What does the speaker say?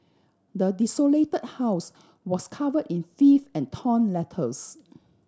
the desolate house was cover in filth and torn letters